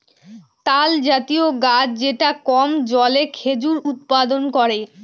তালজাতীয় গাছ যেটা কম জলে খেজুর উৎপাদন করে